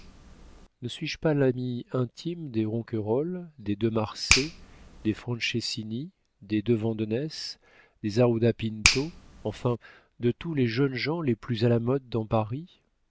ne suis-je pas l'ami intime des ronquerolles des de marsay des franchessini des deux vandenesse des ajuda pinto enfin de tous les jeunes gens les plus à la mode dans paris